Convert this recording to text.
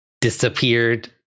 disappeared